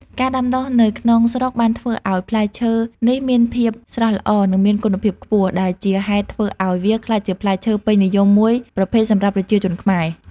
ការដាំដុះនៅក្នុងស្រុកបានធ្វើឲ្យផ្លែឈើនេះមានភាពស្រស់ល្អ និងមានគុណភាពខ្ពស់ ដែលជាហេតុធ្វើឲ្យវាក្លាយជាផ្លែឈើពេញនិយមមួយប្រភេទសម្រាប់ប្រជាជនខ្មែរ។